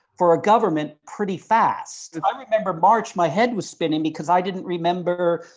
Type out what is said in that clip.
for a government, pretty fast? i remember march my head was spinning because i didn't remember,